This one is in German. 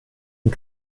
und